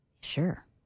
Sure